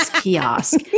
kiosk